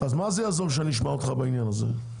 אז מה זה יעזור שאני אשמע אותך בעניין הזה?